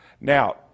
Now